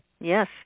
Yes